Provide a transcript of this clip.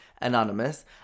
anonymous